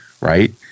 right